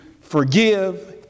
forgive